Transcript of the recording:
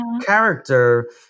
character